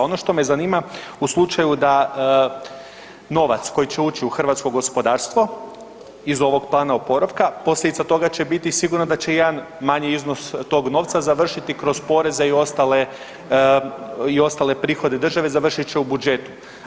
Ono što me zanima, u slučaju da novac koji će ući u hrvatsko gospodarstvo iz ovog Plana oporavka, posljedica toga će biti sigurno da će jedan manji iznos tog novca završiti kroz poreze i ostale prihode države, završit će u budžetu.